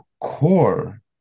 core